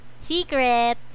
Secret